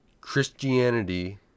Christianity